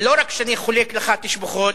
לא רק שאני חולק לך תשבחות,